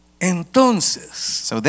entonces